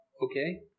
okay